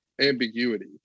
ambiguity